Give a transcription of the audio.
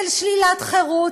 של שלילת חירות,